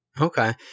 Okay